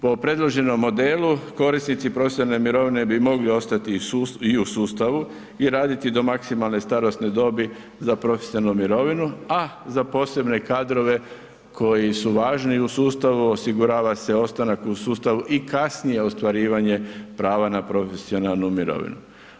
Po predloženom modelu koristiti profesionalne mirovine bi mogli ostati i u sustavu i raditi do maksimalne starosne dobi za profesionalnu mirovinu, a za posebne kadrove koji su važni i u sustavu osigurava se ostanak u sustavu i kasnije ostvarivanje prava na profesionalnu mirovinu.